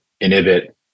inhibit